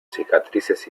cicatrices